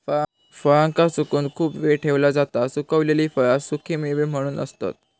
फळांका सुकवून खूप वेळ ठेवला जाता सुखवलेली फळा सुखेमेवे म्हणून असतत